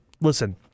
listen